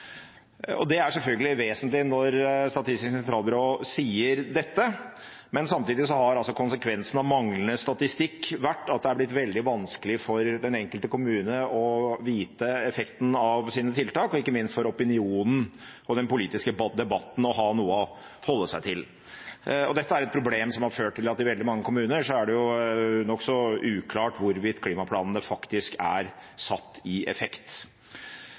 Det er selvfølgelig vesentlig når Statistisk sentralbyrå sier det, men samtidig har konsekvensen av manglende statistikk vært at det har blitt veldig vanskelig for den enkelte kommune å vite effekten av tiltakene og ikke minst for opinionen og den politiske debatten å ha noe å holde seg til. Dette er et problem som har ført til at i veldig mange kommuner er det nokså uklart hvorvidt klimaplanene faktisk er